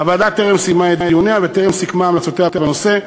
הוועדה טרם סיימה את דיוניה וטרם סיכמה את המלצותיה בנושא.